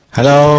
Hello